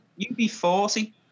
UB40